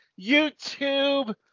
YouTube